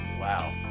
Wow